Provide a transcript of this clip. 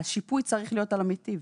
השיפוי צריך להיות על המיטיב.